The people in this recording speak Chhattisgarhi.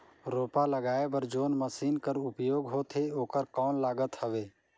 रोपा लगाय बर जोन मशीन कर उपयोग होथे ओकर कौन लागत हवय?